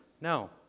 No